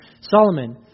Solomon